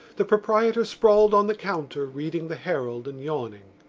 the proprietor sprawled on the counter reading the herald and yawning.